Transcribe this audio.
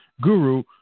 guru